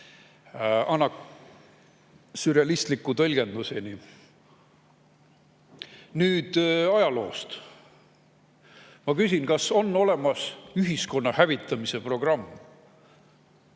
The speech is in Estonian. sürrealistliku tõlgenduseni. Nüüd ajaloost. Ma küsin: kas on olemas ühiskonna hävitamise programmi?